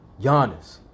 Giannis